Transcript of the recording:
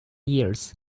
years